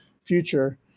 future